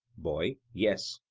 boy yes.